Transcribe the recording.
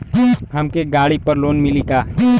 हमके गाड़ी पर लोन मिली का?